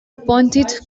appointed